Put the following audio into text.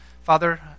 Father